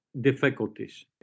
difficulties